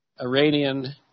Iranian